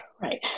Right